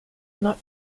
not